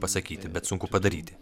pasakyti bet sunku padaryti